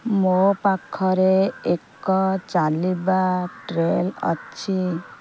ମୋ ପାଖରେ ଏକ ଚାଲିବା ଟ୍ରେଲ୍ ଅଛି